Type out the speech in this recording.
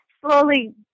slowly